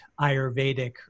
Ayurvedic